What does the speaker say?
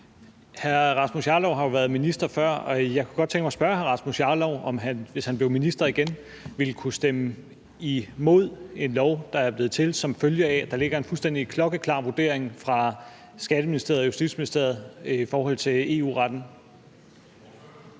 Hr. Rasmus Jarlov har jo været minister før, og jeg kunne godt tænke mig at spørge hr. Rasmus Jarlov, om han, hvis han blev minister igen, ville kunne stemme imod en lov, der er blevet til, som følge af at der ligger en fuldstændig klokkeklar vurdering fra Skatteministeriet og Justitsministeriet i forhold til EU-retten.